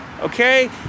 Okay